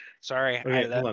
Sorry